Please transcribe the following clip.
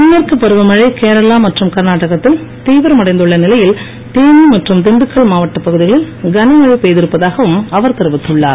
தென்மேற்கு பருவமழை கேரளா மற்றும் கர்நாடகத்தில் தீவிரமடைந்துள்ள நிலையில் தேனி மற்றும் திண்டுக்கள் மாவட்ட பகுதிகளில் கனமழை பெய்திருப்பதாகவும் அவர் தெரிவித்துள்ளார்